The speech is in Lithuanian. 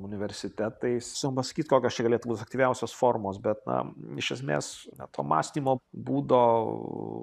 universitetais sunku pasakyt kokios čia galėtų būt aktyviausios formos bet na iš esmės to mąstymo būdo